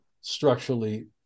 structurally